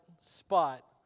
spot